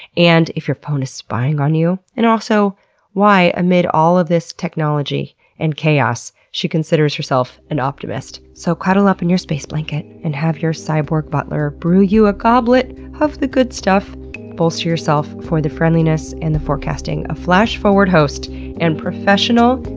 and if your phone is spying on you, and also why, amid all of this technology and chaos, she considers herself an optimist. so cuddle up in your space blanket and have your cyborg butler brew you a goblet of the good stuff, and bolster yourself for the friendliness and the forecasting of flash forward host and professional,